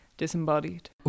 disembodied